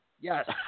Yes